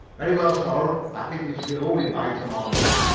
very well, sir. i think we shall be loaded by to-morrow.